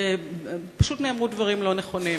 ומתפקדת היטב, ופשוט נאמרו דברים לא נכונים.